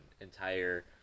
entire